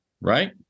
right